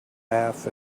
half